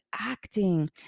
acting